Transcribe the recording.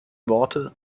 worte